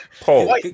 Paul